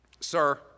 Sir